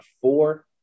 four